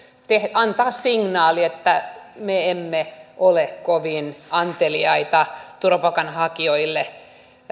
antaa signaali että me emme ole kovin anteliaita turvapaikanhakijoille